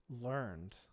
learned